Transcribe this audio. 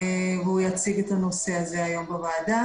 הוא יציג את הנושא בוועדה.